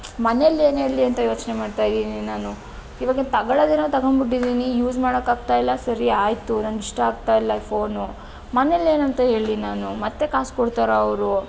ಮನೆಯಲ್ಲೇನು ಹೇಳಲಿ ಅಂತ ಯೋಚನೆ ಮಾಡ್ತಾ ಇದ್ದೀನಿ ನಾನು ಈವಾಗ ತಗೋಳದೇನೋ ತಗೊಂಡು ಬಿಟ್ಟಿದ್ದೀನಿ ಯೂಸ್ ಮಾಡೋಕ್ಕಾಗ್ತಾ ಇಲ್ಲ ಸರಿ ಆಯಿತು ನನಗಿಷ್ಟ ಆಗ್ತಾ ಇಲ್ಲ ಈ ಫೋನು ಮನೆಯಲ್ಲೇನಂತ ಹೇಳಲಿ ನಾನು ಮತ್ತೆ ಕಾಸು ಕೊಡ್ತಾರಾ ಅವರು